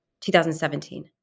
2017